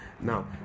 Now